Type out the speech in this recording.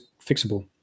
fixable